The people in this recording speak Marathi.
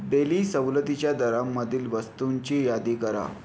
डेली सवलतीच्या दरांमधील वस्तूंची यादी करा